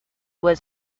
was